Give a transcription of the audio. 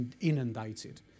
inundated